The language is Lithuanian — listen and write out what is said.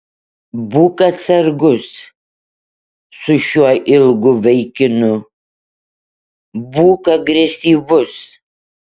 būk atsargus su šiuo ilgu vaikinu būk agresyvus